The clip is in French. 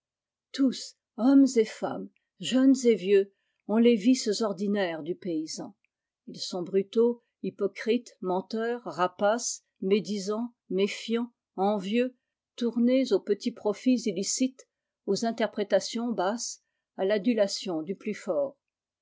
tous hommes et femmes jeunes et vieux ont les vices ordinaires du paysan us sont brutaux hypocrites menteurs rapaces médisants méfiants envieux tournés aux petits profits illicites aux interprétations basses à l'adulation du plus fort